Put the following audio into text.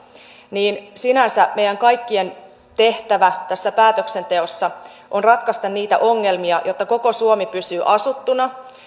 niin sinänsä meidän kaikkien tehtävä tässä päätöksenteossa on ratkaista niitä ongelmia jotta koko suomi pysyy asuttuna